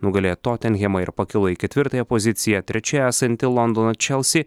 nugalėjo totenhemą ir pakilo į ketvirtąją poziciją trečioje esanti londono čelsi